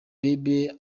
bieber